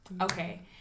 okay